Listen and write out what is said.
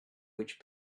which